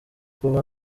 kuva